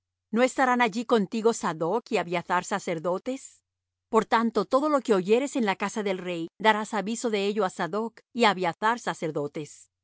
no estarán allí contigo sadoc y abiathar sacerdotes por tanto todo lo que oyeres en la casa del rey darás aviso de ello á sadoc y á abiathar sacerdotes y